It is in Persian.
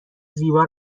زیبا